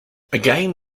again